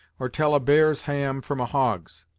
or tell a bear's ham from a hog's.